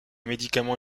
médicament